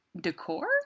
Decor